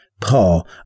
Paul